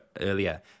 earlier